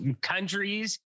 countries